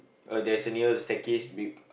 uh there's a near the staircase we